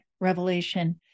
revelation